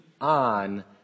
on